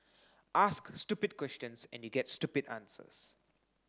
ask stupid questions and you get stupid answers